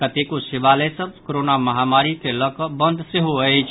कतेको शिवालय सभ कोरोना महामारी के लऽ कऽ बंद सेहो अछि